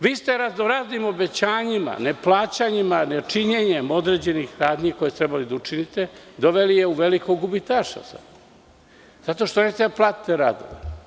Vi ste razno-raznim obećanjima, neplaćanjima, nečinjenjem određenih radnji koje ste trebali da učinite, doveli je u velikog gubitaša sada, zato što nećete da platite radnike.